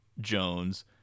Jones-